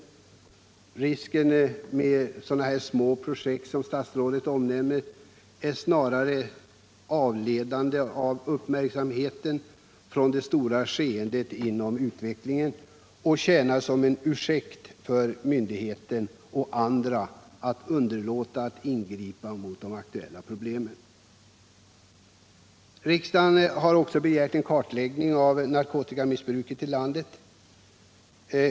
Risken med sådana små projekt som statsrådet omnämner är snarare att de avleder uppmärksamheten från de stora skeendena i narkotikautvecklingen och tjänar som ursäkt för myndigheter och andra att underlåta att ingripa mot aktuella problem. Riksdagen har begärt en kartläggning av narkotikamissbruket i landet.